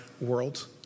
world